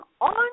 on